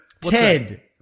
Ted